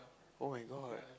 oh-my-god